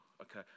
Okay